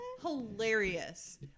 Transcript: hilarious